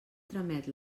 tramet